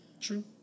True